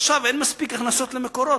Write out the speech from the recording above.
עכשיו אין מספיק הכנסות ל"מקורות",